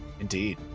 Indeed